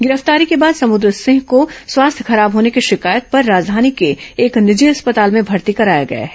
गिरफ्तारी के बाद समुद्र सिंह को स्वास्थ्य खराब होने की शिकायत पर राजधानी के एक निजी अस्पताल में भर्ती कराया गया है